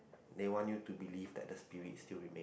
they want you to believe that the spirit still remain